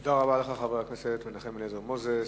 תודה רבה לך, חבר הכנסת מנחם אליעזר מוזס.